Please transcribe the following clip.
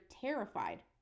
terrified